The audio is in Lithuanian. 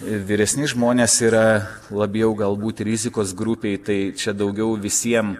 vyresni žmonės yra labiau galbūt rizikos grupėj tai čia daugiau visiem